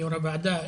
יו"ר הוועדה,